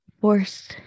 force